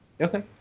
Okay